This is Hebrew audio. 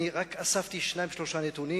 אספתי שניים-שלושה נתונים